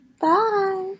Bye